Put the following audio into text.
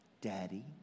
Daddy